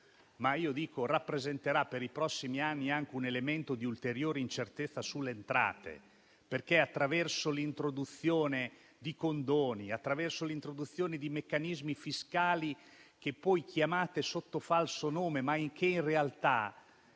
che rappresenterà per i prossimi anni anche un elemento di ulteriore incertezza sulle entrate, perché attraverso l'introduzione di condoni e di meccanismi fiscali che chiamate sotto falso nome, ma che in realtà